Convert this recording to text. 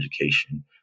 education